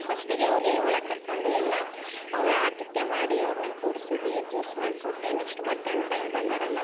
ಫಸ್ಟಿಗೆ ಅವ್ರಿಗೆ ಒಳ ಕರ್ಕೊಂಡು ಎಲ್ಲ ಅವರ ಆಥಿತ್ಯ ಮಾಡಿ ಅವ್ರನ್ನ ಕೂಡಿಸಿದ್ದೆ ಜ್ಯೂಸ್ ಮಾಡಿಕೊಟ್ಟೆ ನೆಕ್ಸ್ಟ್ ಮಧ್ಯಾಹ್ನ ಟೈಮ್ ಬಂದರಲ್ಲ